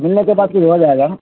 ملنے کے پاس ر ہوا جائے گا